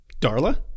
Darla